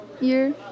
year